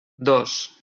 dos